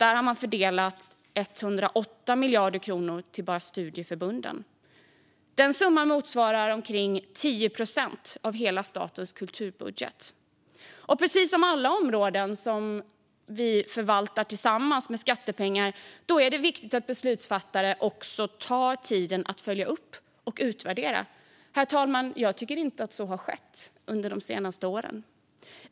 Då har man fördelat 1,8 miljarder kronor bara till studieförbunden. Summan motsvarar omkring 10 procent av statens hela kulturbudget. Precis som för alla områden som vi finansierar tillsammans med skattemedel är det viktigt att beslutsfattare tar sig tid att följa upp och utvärdera det hela. Jag tycker inte att så har skett under de senaste åren, herr talman.